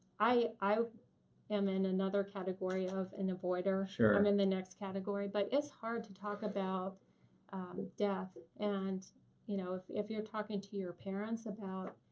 i am in another category of an avoider. i'm in the next category. but it's hard to talk about death. and you know if if you're talking to your parents about,